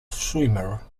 swimmer